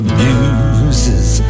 muses